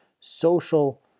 social